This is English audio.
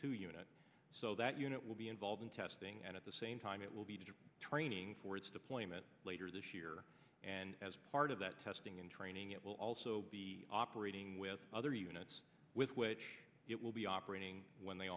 to unite so that unit will be involved in testing and at the same time it will be to do training for its deployment later this year and as part of that testing and training it will also be operating with other units with which it will be operating when they